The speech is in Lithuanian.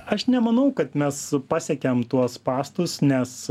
aš nemanau kad mes pasiekėm tuos spąstus nes